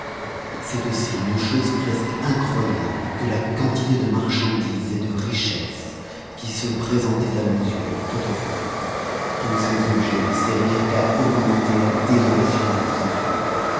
c'est aussi une chose presque incroya e que la quantité de marchandises et de richesses qui se présentaient à nos yeux de toutes parts tous ces objets ne servirent qu'à augmenter la jesotation où nous étions